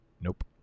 nope